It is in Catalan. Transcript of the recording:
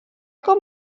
com